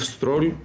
Stroll